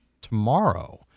tomorrow